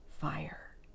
fire